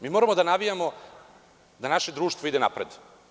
Mi moramo da navijamo da naše društvo ide napred.